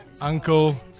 uncle